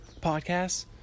podcasts